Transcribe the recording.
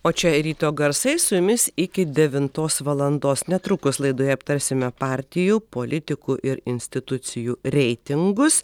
o čia ryto garsai su jumis iki devintos valandos netrukus laidoje aptarsime partijų politikų ir institucijų reitingus